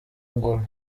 gulu